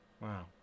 wow